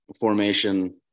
Formation